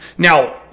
Now